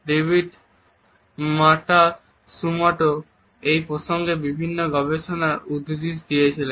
David Matsumoto এই প্রসঙ্গে বিভিন্ন গবেষণার উদ্ধৃতি দিয়েছিলেন